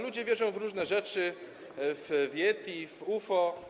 Ludzie wierzą w różne rzeczy: w yeti, w UFO.